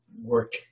work